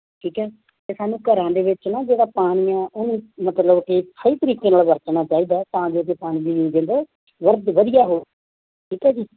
ਠੀਕ ਹੈ ਅਤੇ ਸਾਨੂੰ ਘਰਾਂ ਦੇ ਵਿੱਚ ਨਾ ਜਿਹੜਾ ਪਾਣੀ ਆ ਉਹਨੂੰ ਮਤਲਬ ਕਿ ਸਹੀ ਤਰੀਕੇ ਨਾਲ ਵਰਤਣਾ ਚਾਹੀਦਾ ਤਾਂ ਜੋ ਕਿ ਪਾਣੀ ਦੀ ਯੂਸੇਜ ਬਹੁਤ ਵਧੀਆ ਹੋ ਠੀਕ ਹੈ ਜੀ